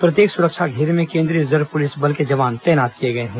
प्रत्येक सुरक्षा घेरे में केन्द्रीय रिजर्व पुलिस बल के जवान तैनात किए गए हैं